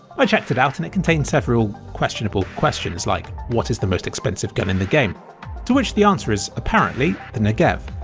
i checked it out and it contained several questionable questions like what is the most expensive gun in the game to which the answer is apparently the negev,